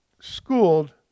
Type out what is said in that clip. schooled